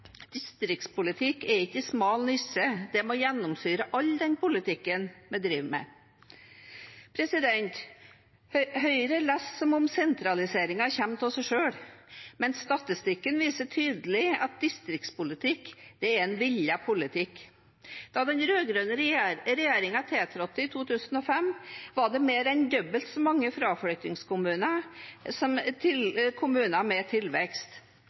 Distriktspolitikk er ikke en smal nisje, det må gjennomsyre all den politikken vi driver med. Høyre later som om sentraliseringen kommer av seg selv, men statistikken viser tydelig at distriktspolitikk er en villet politikk. Da den rød-grønne regjeringen tiltrådte i 2005 var det mer enn dobbelt så mange fraflyttingskommuner som kommuner med tilvekst,